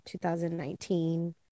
2019